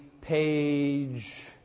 page